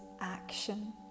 action